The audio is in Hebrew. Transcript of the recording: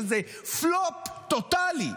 שזה פלופ טוטלי,